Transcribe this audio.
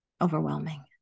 overwhelming